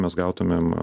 mes gautumėm